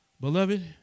Beloved